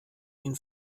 ihn